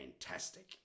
Fantastic